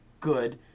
good